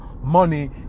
money